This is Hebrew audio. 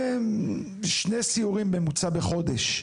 ושני סיורים בממוצע בחודש.